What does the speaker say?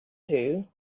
two